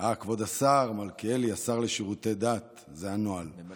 כבוד השר מלכיאלי, השר לשירותי דת וממלא